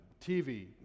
TV